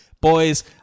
boys